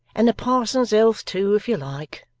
and the parson's health too if you like.